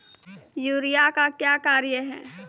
Urea का क्या कार्य हैं?